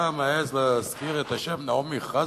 אתה מעז להזכיר את השם נעמי חזן,